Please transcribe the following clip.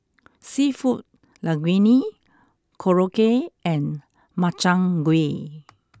Seafood Linguine Korokke and Makchang gui